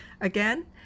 Again